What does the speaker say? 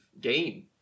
game